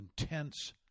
intense